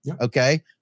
okay